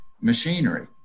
machinery